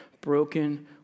broken